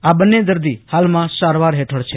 આ બંને દર્દી હાલમાં સારવાર હેઠળ છે